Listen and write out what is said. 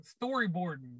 Storyboarding